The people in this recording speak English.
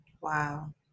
Wow